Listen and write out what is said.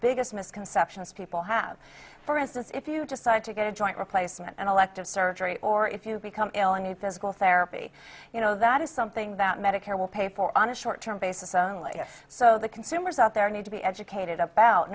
biggest misconceptions people have for instance if you decide to get a joint replacement and elective surgery or if you become ill and need physical therapy you know that is something that medicare will pay for on a short term basis so the consumers out there need to be educated about